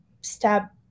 step